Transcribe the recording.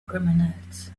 criminals